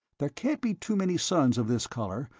there can't be too many suns of this color,